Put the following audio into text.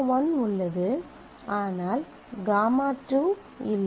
γ1 உள்ளது ஆனால் γ 2 இல்லை